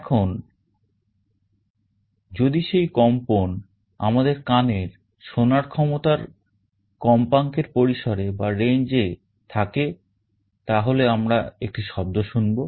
এখন যদি সেই কম্পন আমাদের কানের শোনার ক্ষমতার কম্পাঙ্কের পরিসরে থাকে তাহলে আমরা একটি শব্দ শুনবো